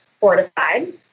fortified